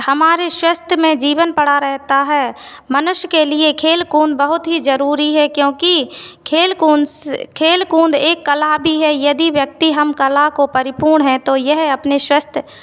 हमारे स्वास्थ्यमय जीवन पड़ा रहता है मनुष्य के लिए खेलकूद बहुत ही जरुरी है क्योंकि खेल कूद से खेल कूद एक कला भी है यदि व्यक्ति हम कला को परिपूर्ण हैं तो यह अपने स्वास्थ्य